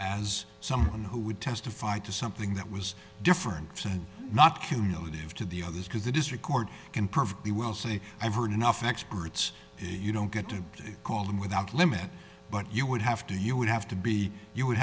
as someone who would testify to something that was different from not cumulative to the others because the district court can perfectly well say i've heard enough experts you don't get to call them without limit but you would have to you would have to be you would